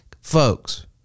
Folks